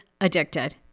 addicted